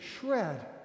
shred